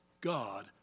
God